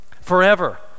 Forever